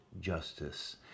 justice